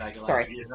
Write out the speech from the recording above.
Sorry